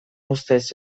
ustez